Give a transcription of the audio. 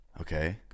okay